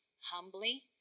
humbly